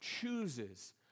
chooses